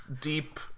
deep